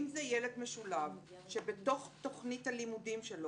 אם זה ילד משולב שבתוך תכנית הלימודים שלו